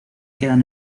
quedan